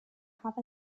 have